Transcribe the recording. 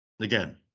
again